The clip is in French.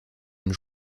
une